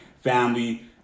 family